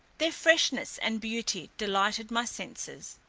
their freshness and beauty, delighted my senses.